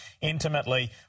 intimately